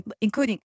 including